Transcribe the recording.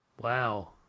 Wow